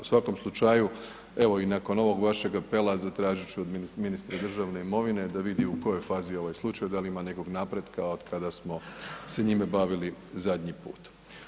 U svakom slučaju, evo i nakon ovog vašeg apela, zatražit ću od ministra državne imovine da vidi u kojoj je fazi ovaj slučaj, da li ima nekog napretka od kada smo se njime bavili zadnji put.